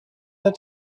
that